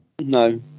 no